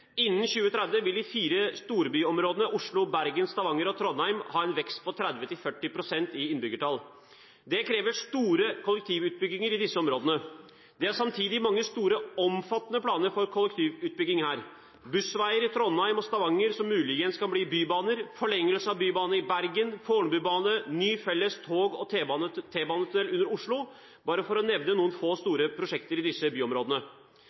Innen 2030 vil de fire storbyområdene Oslo, Bergen, Stavanger og Trondheim ha en vekst på 30–40 pst. i innbyggertall. Det krever store kollektivutbygginger i disse områdene. Det er samtidig mange store omfattende planer for kollektivutbygging her: Busway i Trondheim og Stavanger som muligens kan bli bybaner, forlengelse av Bybanen i Bergen, Fornebubane, ny felles tog- og T-banetunnel under Oslo – bare for å nevne noen få, store prosjekter i disse byområdene.